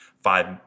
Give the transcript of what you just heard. five